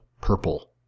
purple